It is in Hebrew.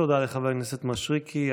תודה לחבר הכנסת מישרקי.